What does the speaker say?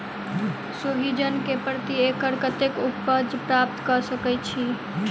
सोहिजन केँ प्रति एकड़ कतेक उपज प्राप्त कऽ सकै छी?